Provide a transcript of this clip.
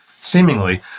seemingly